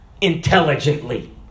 intelligently